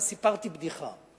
אז סיפרתי בדיחה.